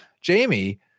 Jamie